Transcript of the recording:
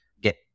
get